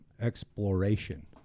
exploration